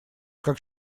как